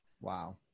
wow